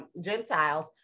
Gentiles